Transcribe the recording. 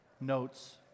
notes